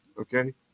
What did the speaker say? Okay